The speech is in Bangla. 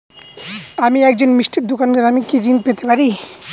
আমি একজন মিষ্টির দোকাদার আমি কি ঋণ পেতে পারি?